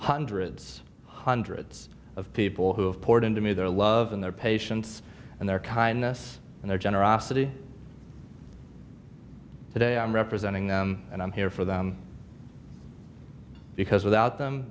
hundreds hundreds of people who have poured into me their love and their patients and their kindness and their generosity today i'm representing them and i'm here for them because without them